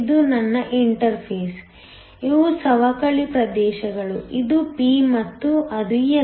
ಇದು ನನ್ನ ಇಂಟರ್ಫೇಸ್ ಇವು ಸವಕಳಿ ಪ್ರದೇಶಗಳು ಇದು p ಮತ್ತು ಅದು n